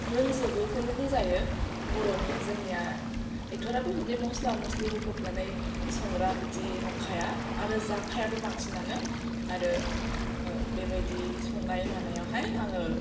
रोंजोबोखौनो बुंजायो बर'नि जोंनिया एथ'ग्राबबो बिदि मस्ला मस्लि होफबनानै संग्रा बिदि नंखाया आरो जाखायाबो बांसिनानो आरो बेबायदि संनाय मानायावहाय आङो